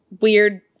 weird